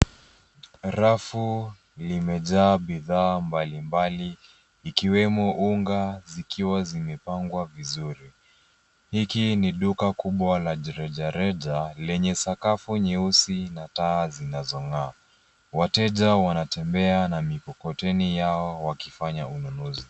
Rafu limejaa bidhaa mbali mbali ikiwemo unga zikiwa zimepangwa vizuri hiki ni duka kubwa la reja reja lenye sakafu nyeusi na taa zinazo ngaa wateja wanatembea na mikokoteni yao wakifanya ununuzi.